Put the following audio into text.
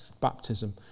baptism